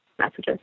messages